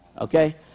Okay